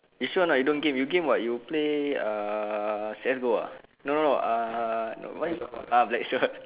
this one I don't game you game [what] you play ah C_S goal uh no no uh no why ah Blackshot